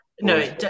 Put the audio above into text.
No